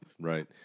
right